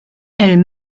elle